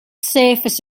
surface